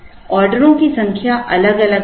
ऑर्डरों की संख्या अलग अलग होगी